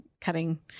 cutting